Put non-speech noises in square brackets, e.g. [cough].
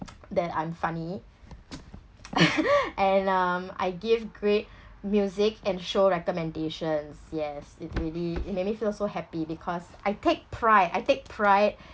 [noise] that I'm funny [laughs] and um I give great music and show recommendations yes it really it make me feel so happy because I take pride I take pride